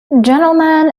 gentlemen